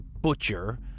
butcher